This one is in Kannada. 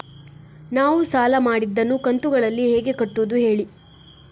ನಾವು ಸಾಲ ಮಾಡಿದನ್ನು ಕಂತುಗಳಲ್ಲಿ ಹೇಗೆ ಕಟ್ಟುದು ಹೇಳಿ